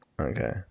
Okay